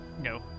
No